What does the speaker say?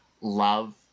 love